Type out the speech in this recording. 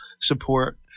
support